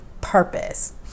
purpose